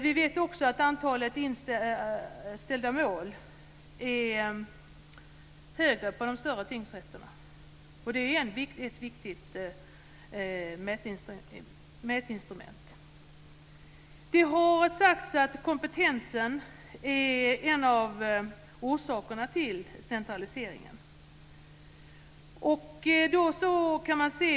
Vi vet också att antalet inställda mål är större på de stora tingsrätterna. Det är ett viktigt mätinstrument. Det har sagts att kompetensen är en av orsakerna till centraliseringen.